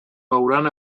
veuran